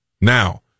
Now